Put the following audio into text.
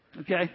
Okay